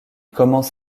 commence